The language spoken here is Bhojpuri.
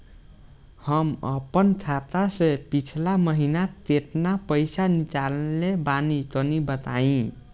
हम आपन खाता से पिछला महीना केतना पईसा निकलने बानि तनि बताईं?